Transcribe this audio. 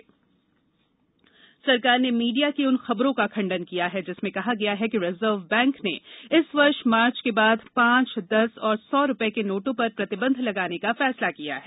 note खंडन सरकार ने मीडिया की उन खबरों का खंडन किया है जिसमें कहा गया है कि रिजर्व बैंक ने इस वर्ष मार्च के बाद पांच दस और सौ रुपये के नोटों पर प्रतिबंध लगाने का फैसला किया है